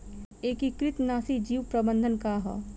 एकीकृत नाशी जीव प्रबंधन का ह?